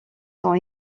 sont